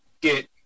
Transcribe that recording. get